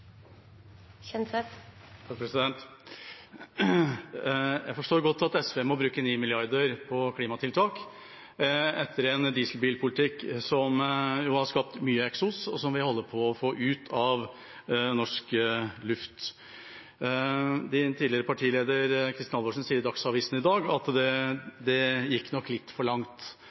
Jeg forstår godt at SV må bruke 9 mrd. kr på klimatiltak etter en dieselbilpolitikk som har skapt mye eksos, og som vi holder på å få ut av norsk luft. Representantens tidligere partileder, Kristin Halvorsen, sier i Dagsavisen i dag at det nok gikk litt for langt.